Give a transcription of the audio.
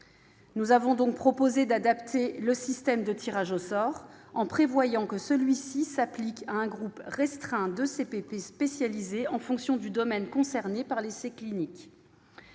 Nous avons donc proposé d'adapter le système de tirage au sort, en prévoyant que celui-ci s'applique à un groupe restreint de CPP spécialisés, en fonction du domaine concerné par l'essai clinique.